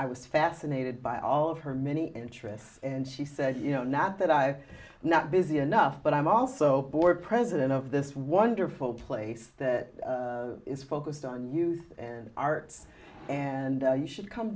i was fascinated by all of her many interests and she said you know not that i've not busy enough but i'm also board president of this wonderful place that is focused on youth and arts and you should come